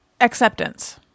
acceptance